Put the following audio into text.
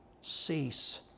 Cease